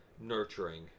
nurturing